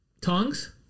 tongs